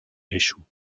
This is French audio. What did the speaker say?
échouent